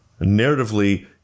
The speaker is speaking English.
narratively